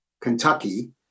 Kentucky